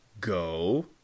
go